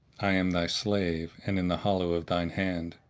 i am thy slave and in the hollow of thine hand!